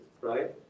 right